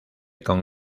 con